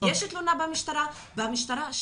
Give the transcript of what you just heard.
יש תלונה במשטרה והמשטרה,